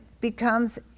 becomes